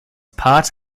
part